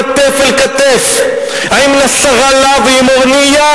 כתף אל כתף עם נסראללה ועם מורנייה.